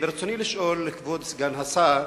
ברצוני לשאול, כבוד סגן השר: